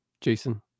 Jason